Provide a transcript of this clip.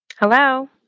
Hello